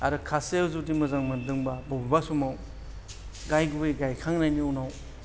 आरो खासियायाव जुदि मोजां मोन्दोंब्ला बबेबा समाव गाय गुबै गायखांनायनि उनाव